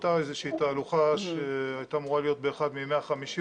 הייתה איזה שהיא תהלוכה שהייתה אמורה להיות באחד מימי חמישי,